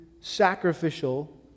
sacrificial